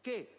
che